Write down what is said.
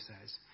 says